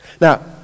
Now